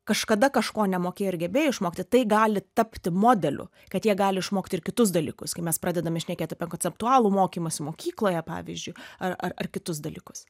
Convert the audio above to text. kažkada kažko nemokėjo ir gebėjo išmokti tai gali tapti modeliu kad jie gali išmokti ir kitus dalykus kai mes pradedame šnekėt apie konceptualų mokymąsi mokykloje pavyzdžiui ar ar ar kitus dalykus